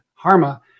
HARMA